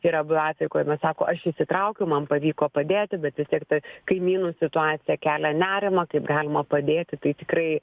yra buvę atvejų kuomet sako aš įsitraukiau man pavyko padėti bet vis tiek ta kaimynų situacija kelia nerimą kaip galima padėti tai tikrai